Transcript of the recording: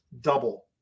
double